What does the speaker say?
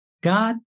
God